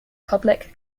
public